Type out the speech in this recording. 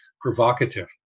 provocative